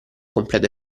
completo